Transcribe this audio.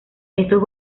estos